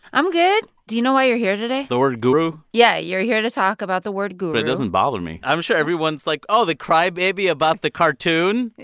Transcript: i'm good. do you know why you're here today? the word guru? yeah, you're here to talk about the word guru it doesn't bother me. i'm sure everyone's like, oh, the crybaby about the cartoon?